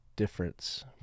difference